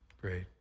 Great